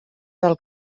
del